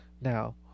Now